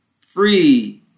free